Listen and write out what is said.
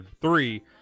three